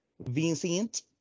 Vincent